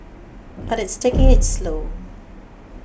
but it's taking it slow